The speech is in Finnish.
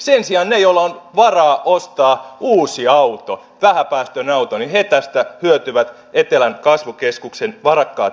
sen sijaan ne joilla on varaa ostaa uusi auto vähäpäästöinen auto he tästä hyötyvät etelän kasvukeskusten varakkaat ihmiset